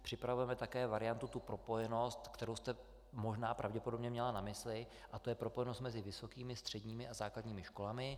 Připravujeme také variantu, tu propojenost, kterou jste možná pravděpodobně měla na mysli, a to je propojenost mezi vysokými, středními a základními školami.